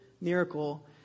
miracle